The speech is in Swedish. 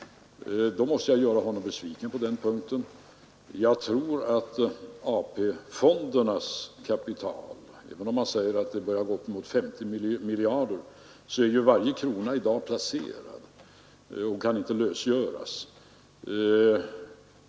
Jag måste då göra honom besviken på denna punkt. Jag tror att varje krona i AP-fondernas kapital, även om det sägs att de börjar gå upp emot 50 miljarder, i dag är placerad och inte kan lösgöras.